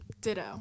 Ditto